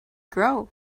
grow